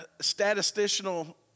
statistical